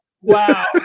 Wow